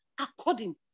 according